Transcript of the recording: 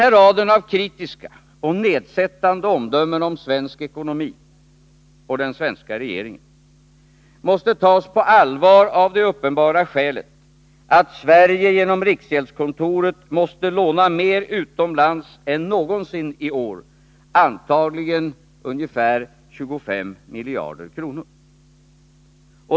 Denna rad av kritiska och nedsättande omdömen om svensk ekonomi, och om den svenska regeringen, måste tas på allvar av det uppenbara skälet att Sverige genom riksgäldskontoret i år måste låna mer utomlands än någonsin, antagligen ungefär 25 miljarder kronor.